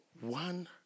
one